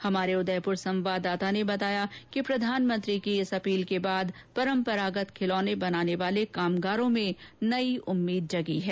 हमारे उदयपुर संवाददाता ने बताया कि प्रधानमंत्री की इस अपील के बाद परम्परागत खिलौने बनाने वाले कामगारों में नई उम्मीद जगी है